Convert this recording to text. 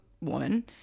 woman